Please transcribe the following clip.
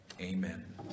amen